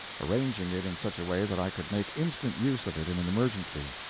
arranging it in such a way that i could make instant use of it in an emergency.